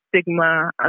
stigma